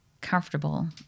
comfortable